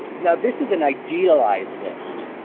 now, this is an idealized list.